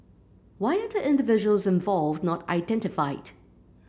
why are the individuals involved not identified